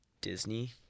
Disney